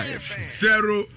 Zero